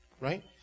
Right